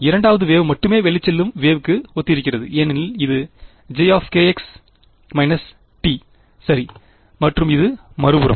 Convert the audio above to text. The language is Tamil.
இரண்டாவது வேவ் மட்டுமே வெளிச்செல்லும் வேவ்க்கு ஒத்திருக்கிறது ஏனெனில் இது ஒரு j சரி மற்றும் இது மறுபுறம்